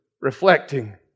reflecting